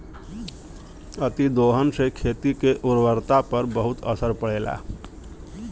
अतिदोहन से खेती के उर्वरता पर बहुत असर पड़ेला